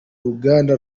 ruganda